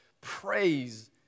praise